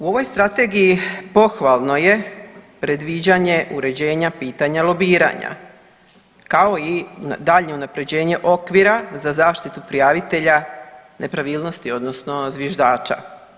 U ovoj strategiji pohvalno je predviđanje uređenja pitanja lobiranja, kao i daljnje unaprjeđenje okvira za zaštitu prijavitelja nepravilnosti odnosno zviždača.